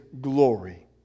glory